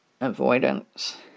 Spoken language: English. avoidance